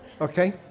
okay